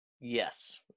Yes